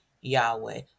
Yahweh